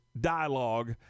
dialogue